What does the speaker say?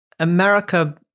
America